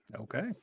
Okay